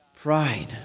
Pride